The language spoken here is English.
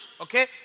Okay